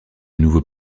nouveau